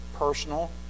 personal